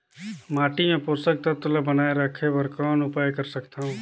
माटी मे पोषक तत्व ल बनाय राखे बर कौन उपाय कर सकथव?